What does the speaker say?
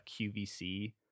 qvc